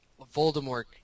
Voldemort